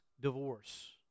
divorce